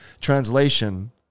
translation